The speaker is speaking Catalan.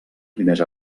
primers